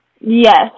Yes